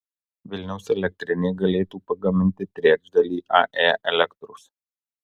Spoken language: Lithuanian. vilniaus elektrinė galėtų pagaminti trečdalį ae elektros